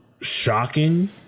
shocking